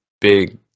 big